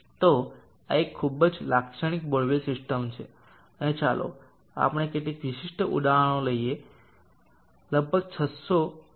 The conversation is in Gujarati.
તો આ એક ખૂબ જ લાક્ષણિક બોરવેલ સિસ્ટમ છે અને ચાલો આપણે કેટલીક વિશિષ્ટ ઊંડાણો લઈએ લગભગ 600 ફુટ છે